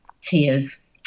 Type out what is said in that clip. tears